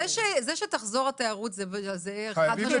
זה שתחזור התיירות אנחנו בטוחים,